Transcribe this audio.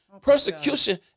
Persecution